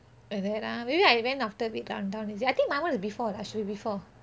then ah maybe I went after a bit run down is it I think my one was before actually it was before